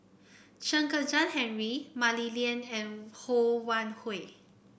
Chen Kezhan Henri Mah Li Lian and Ho Wan Hui